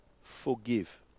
forgive